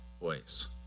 voice